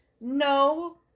No